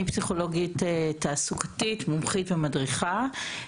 אני פסיכולוגית תעסוקתית, מומחית ומדריכה.